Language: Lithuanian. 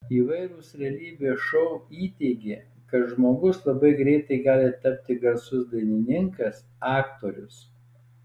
įvairūs realybės šou įteigė kad žmogus labai greitai gali tapti garsus dainininkas aktorius